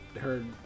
heard